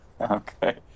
Okay